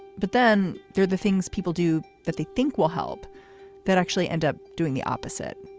but then there are the things people do that they think will help that actually end up doing the opposite.